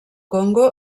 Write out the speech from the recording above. congo